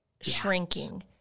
Shrinking